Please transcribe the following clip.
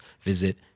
visit